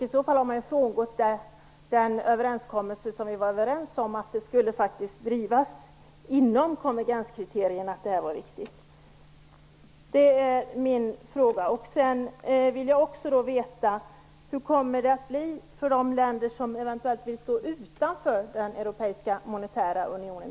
I så fall har man ju frångått den överenskommelse som vi träffade om att man i samband med diskussionerna om konvergenskriterierna skulle driva att detta är riktigt. Jag vill också veta hur det kommer att bli med de länder som eventuellt vill stå utanför den europeiska monetära unionen.